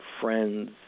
friends